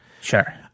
sure